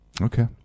Okay